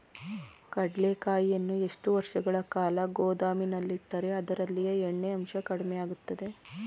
ಕಡ್ಲೆಕಾಯಿಯನ್ನು ಎಷ್ಟು ವರ್ಷಗಳ ಕಾಲ ಗೋದಾಮಿನಲ್ಲಿಟ್ಟರೆ ಅದರಲ್ಲಿಯ ಎಣ್ಣೆ ಅಂಶ ಕಡಿಮೆ ಆಗುತ್ತದೆ?